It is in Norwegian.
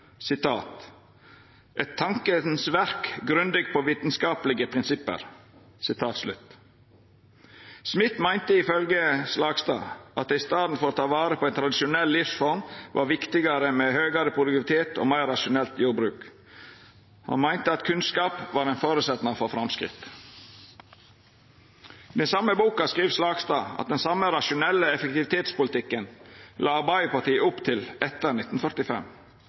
Smitt meinte, ifølgje Slagstad, at det i staden for å ta vare på ein tradisjonell livsform var viktigare med høgare produktivitet og meir rasjonelt jordbruk. Han meinte at kunnskap var ein føresetnad for framsteg. I den same boka skriv Slagstad at det var den same rasjonelle effektivitetspolitikken Arbeidarpartiet la opp til etter 1945.